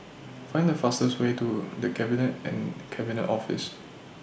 Find The fastest Way to The Cabinet and Cabinet Office